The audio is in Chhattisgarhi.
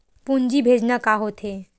पूंजी भेजना का होथे?